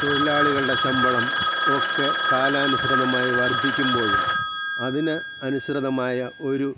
തൊഴിലാളികളുടെ ശമ്പളം ഒക്കെ കാലാനുസൃതമായി വർദ്ധിക്കുമ്പോഴും അതിന് അനുസൃതമായ ഒരു